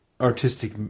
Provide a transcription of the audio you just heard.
artistic